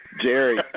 Jerry